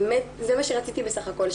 זה מה שרציתי בסך הכול,